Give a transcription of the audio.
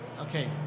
Okay